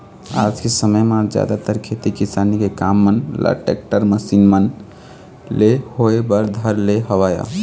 आज के समे म जादातर खेती किसानी के काम मन ल टेक्टर, मसीन मन ले होय बर धर ले हवय